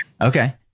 Okay